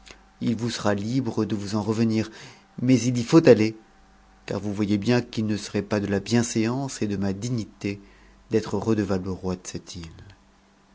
il vous sera libre de vous en revenir mais il v faut aller car vous voyez bien qu'il ne serait pas de la bienséance et de ma dignité d'être redevable au roi